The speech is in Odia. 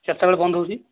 କେତେବେଳେ ବନ୍ଦ ହେଉଛି